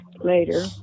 later